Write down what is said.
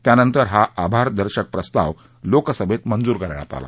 त्यानंतर हा आभारदर्शक प्रस्ताव लोकसभेत मंजूर करण्यात आला